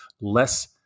less